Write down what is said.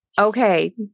okay